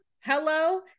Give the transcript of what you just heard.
Hello